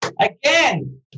Again